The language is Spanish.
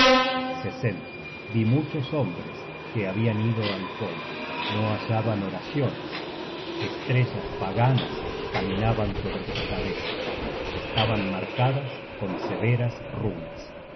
seducido vi muchos hombres que habian ido al polvo no hallaban oraciones estrellas paganas caminaban sobre su cabeza estaban marcadas con severas runas